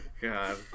God